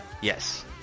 Yes